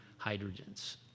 hydrogens